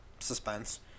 Suspense